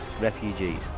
refugees